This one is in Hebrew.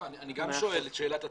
גם אני שואל את שאלת הצורך.